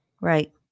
right